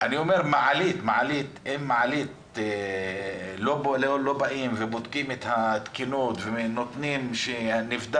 אני אומר מעלית אם לא באים ובודקים את התקינות של מעלית,